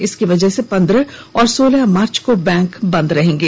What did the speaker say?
इसकी वजह से पंद्रह और सोलह मार्च को बैंक बन्द रहेंगे